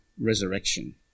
resurrection